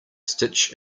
stitch